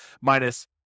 minus